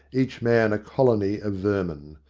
each man a colony of vermin.